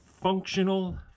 functional